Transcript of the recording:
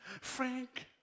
Frank